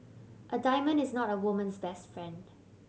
a diamond is not a woman's best friend